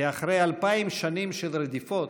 כי אחרי אלפיים שנים של רדיפות,